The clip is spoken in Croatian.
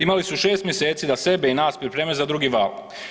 Imali su 6 mjeseci da sebe i nas pripreme za drugi val.